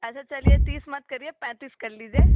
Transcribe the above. अच्छा चलिए तीस मत करिए पैंतीस कर लीजिए